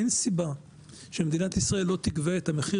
אין סיבה שמדינת ישראל לא תגבה את המחיר